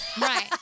Right